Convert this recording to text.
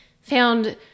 found